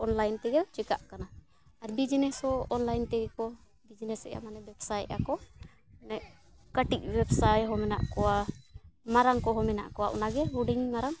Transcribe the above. online ᱛᱮᱜᱮ ᱪᱤᱠᱟᱹᱜ ᱠᱟᱱᱟ ᱟᱨ ᱵᱤᱡᱽᱱᱮᱥ ᱦᱚᱸ ᱚᱱᱞᱟᱭᱤᱱ ᱛᱮᱜᱮ ᱠᱚ ᱵᱤᱡᱽᱱᱮᱥ ᱮᱜᱼᱟ ᱢᱟᱱᱮ ᱵᱮᱵᱽᱥᱟᱭᱮᱜᱼᱟ ᱠᱚ ᱢᱟᱱᱮ ᱠᱟᱹᱴᱤᱡ ᱵᱮᱵᱽᱥᱟᱭ ᱦᱚᱸ ᱢᱮᱱᱟᱜ ᱠᱚᱣᱟ ᱢᱟᱨᱟᱝ ᱠᱚᱦᱚᱸ ᱢᱮᱱᱟᱜ ᱠᱚᱣᱟ ᱚᱱᱟᱜᱮ ᱦᱩᱰᱤᱧ ᱢᱟᱨᱟᱝ